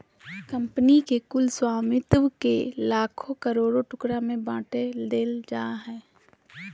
company के कुल स्वामित्व के लाखों करोड़ों टुकड़ा में बाँट देल जाय हइ